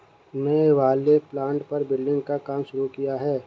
नए वाले प्लॉट पर बिल्डिंग का काम शुरू किया है